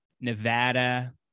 Nevada –